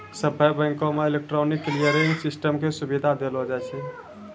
सभ्भे बैंको मे इलेक्ट्रॉनिक क्लियरिंग सिस्टम के सुविधा देलो जाय छै